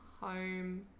home